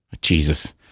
Jesus